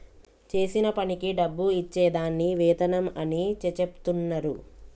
చేసిన పనికి డబ్బు ఇచ్చే దాన్ని వేతనం అని చెచెప్తున్నరు